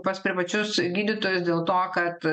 pas privačius gydytojus dėl to kad